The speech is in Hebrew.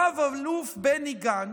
רב-אלוף בני גנץ,